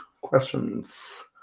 questions